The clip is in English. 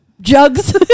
jugs